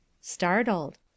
Startled